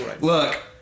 Look